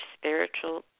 spiritual